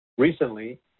Recently